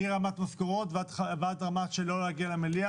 ניתנו סנקציות מרמה של משכורות ועד רמה של לא להגיע למליאה,